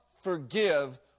forgive